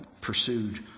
pursued